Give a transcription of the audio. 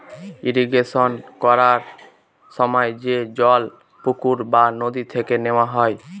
irrigation করার সময় যে জল পুকুর বা নদী থেকে নেওয়া হয়